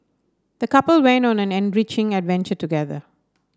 the couple went on an enriching adventure together